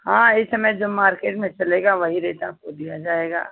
हाँ इस समय जो मार्केट में चलेगा वही रेट आपको दिया जाएगा